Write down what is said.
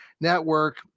Network